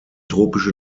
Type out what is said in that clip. tropische